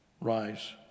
rise